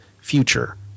future